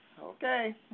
Okay